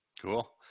Cool